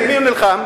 נגד מי הוא נלחם?